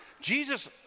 Jesus